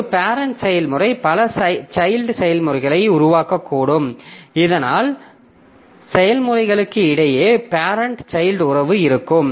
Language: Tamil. ஒரு பேரெண்ட் செயல்முறை பல சைல்ட் செயல்முறைகளை உருவாக்கக்கூடும் இதனால் செயல்முறைகளுக்கு இடையில் பேரெண்ட் சைல்ட் உறவு இருக்கும்